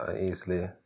easily